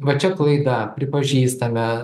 va čia klaida pripažįstame